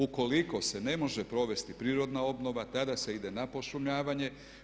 Ukoliko se ne može provesti prirodna obnova tada se ide na pošumljavanje.